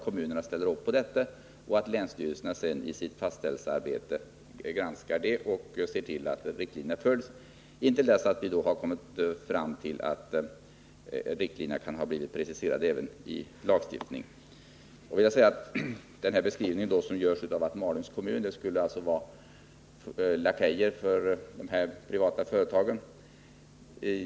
Kommunerna ställer upp på detta, och länsstyrelserna gör sedan i sitt fastställelsearbete en granskning och ser till att riktlinjerna följs intill dess att riktlinjerna blivit preciserade även i lagstiftning. Här har gjorts en beskrivning av Malungs kommun som lakej för de privata företagen.